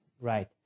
right